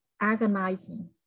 agonizing